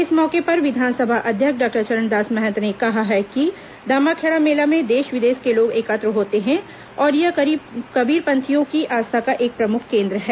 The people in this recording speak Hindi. इस मौके पर विधानसभा अध्यक्ष डॉक्टर चरणदास महंत ने कहा कि दामाखेड़ा मेला में देश विदेश के लोग एकत्र होते हैं और यह कबीरपंथियों की आस्था का एक प्रमुख केन्द्र है